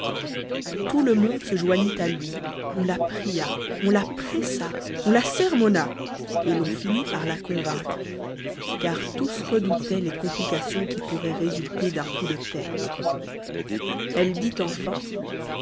tout le monde se joignit à lui on la pria on la pressa on la sermonna et l'on finit par la convaincre car tous redoutaient les complications qui pourraient résulter d'un coup de tête elle dit enfin